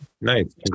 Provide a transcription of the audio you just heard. Nice